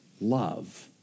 love